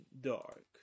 dark